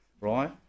right